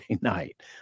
night